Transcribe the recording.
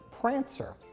Prancer